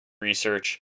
research